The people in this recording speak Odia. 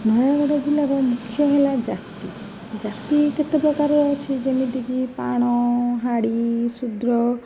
ନୟାଗଡ଼ ଜିଲ୍ଲାର ମୁଖ୍ୟ ହେଲା ଜାତି ଜାତି କେତେ ପ୍ରକାର ଅଛି ଯେମିତିକି ପାଣ ହାଡ଼ି ଶୁଦ୍ର